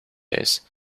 days